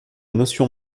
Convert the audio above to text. notion